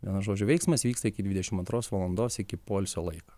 vienu žodžiu veiksmas vyksta iki dvidešimt antros valandos iki poilsio laiko